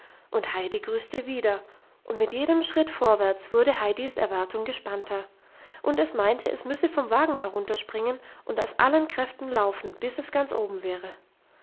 und heidi grüßte wieder und mit jedem schritt vorwärts wurde heidis erwartung gespannter und es meinte es müsse vom wagen herunterspringen und aus allen kräften laufen bis es ganz oben wäre